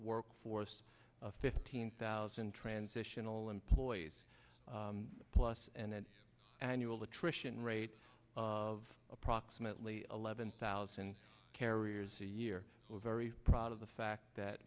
workforce of fifteen thousand transitional employees plus and then annual attrition rate of approximately eleven thousand carriers a year very proud of the fact that